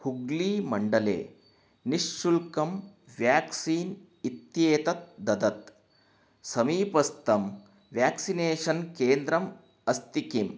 हुग्लीमण्डले निःशुल्कं व्याक्सीन् इत्येतत् ददत् समीपस्थं व्याक्सिनेषन् केन्द्रम् अस्ति किम्